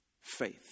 faith